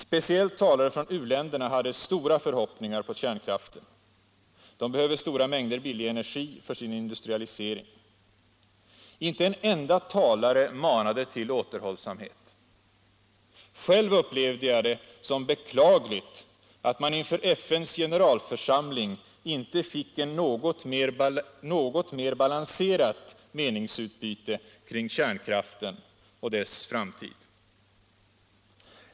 Speciellt talare från u-länderna hade stora förhoppningar på kärnkraften. De behöver stora mängder billig energi för sin industrialisering. Inte en enda talare manade till återhållsamhet. Själv upplevde jag det som beklagligt att man inför FN:s generalförsamling inte fick ett något mer balanserat meningsutbyte kring kärnkraften och dess framtid.